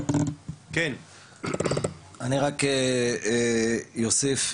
אני רק אוסיף.